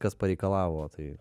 kas pareikalavo tai